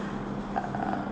err